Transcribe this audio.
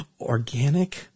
Organic